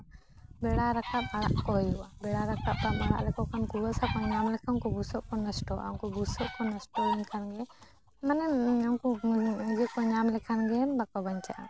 ᱵᱮᱲᱟ ᱨᱟᱠᱟᱵ ᱟᱲᱟᱜ ᱠᱚ ᱦᱩᱭᱩᱜᱼᱟ ᱵᱮᱲᱟ ᱨᱟᱠᱟᱵ ᱵᱟᱢ ᱟᱲᱟᱜ ᱞᱮᱠᱚ ᱠᱷᱟᱱ ᱠᱩᱣᱟᱹᱥᱟ ᱠᱚ ᱧᱟᱢ ᱞᱮᱠᱷᱟᱱ ᱵᱩᱥᱟᱹᱜ ᱠᱚ ᱱᱚᱥᱴᱚᱜᱼᱟ ᱩᱱᱠᱩ ᱵᱩᱥᱟᱹᱜ ᱠᱚ ᱱᱚᱥᱴᱚ ᱞᱮᱱᱠᱷᱟᱱ ᱜᱮ ᱢᱟᱱᱮ ᱩᱱᱠᱩ ᱤᱭᱟᱹ ᱠᱚ ᱧᱟᱢ ᱞᱮᱠᱷᱟᱱ ᱜᱮ ᱵᱟᱠᱚ ᱵᱟᱧᱪᱟᱜᱼᱟ